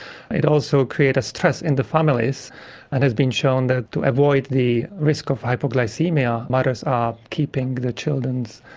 it also creates a stress in the families and it has been shown that to avoid the risk of hypoglycaemia, mothers are keeping their children,